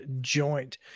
Joint